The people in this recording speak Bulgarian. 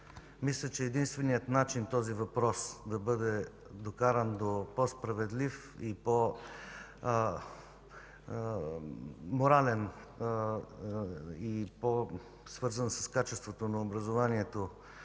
Мисля, че единственият начин този въпрос да бъде докаран до по-справедлив, по-морален и свързан с качеството на образованието